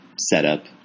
setup